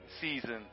season